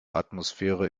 atmosphäre